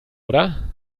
oder